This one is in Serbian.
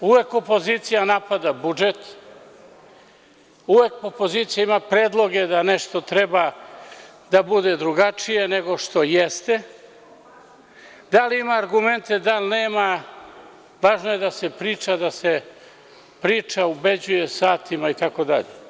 Uvek opozicija napada budžet, uvek opozicija ima predloge da nešto treba da bude drugačije, nego što jeste, da li ima argumente, da li nema, važno je da se priča, da se priča i ubeđuje satima itd.